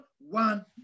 one